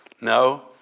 No